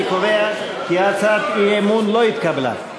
אני קובע כי הצעת האי-אמון לא התקבלה.